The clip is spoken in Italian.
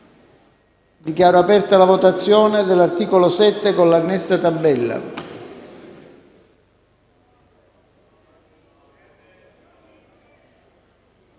Passiamo alla votazione dell'articolo 2, con l'annessa tabella.